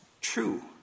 true